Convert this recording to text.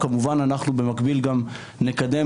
וכמובן אנחנו במקביל גם נקדם,